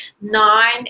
nine